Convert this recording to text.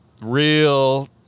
real